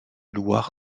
loir